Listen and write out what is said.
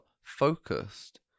focused